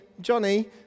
Johnny